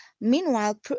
Meanwhile